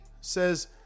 says